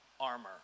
armor